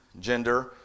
Gender